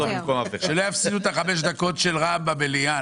שלא יפסידו את חמש הדקות של רע"מ במליאה,